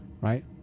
right